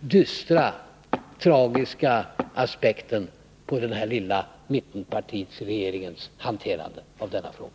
dystra och tragiska aspekten på den lilla mittenpartiregeringens hanterande av denna fråga.